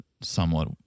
somewhat